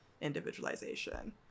individualization